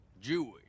Jewish